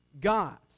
gods